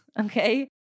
Okay